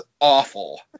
awful